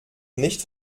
nicht